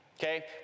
Okay